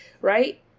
right